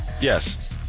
Yes